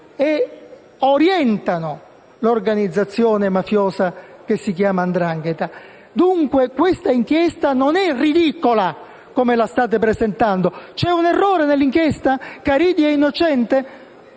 e orientano l'organizzazione mafiosa che si chiama 'ndrangheta. Dunque, questa inchiesta non è ridicola come la state presentando. C'è un errore nell'inchiesta? Caridi è innocente?